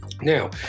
Now